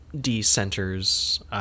de-centers